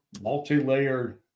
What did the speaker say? multi-layered